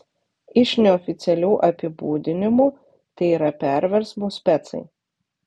iš neoficialių apibūdinimų tai yra perversmų specai